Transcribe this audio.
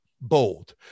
bold